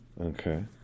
Okay